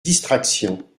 distraction